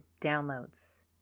downloads